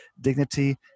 dignity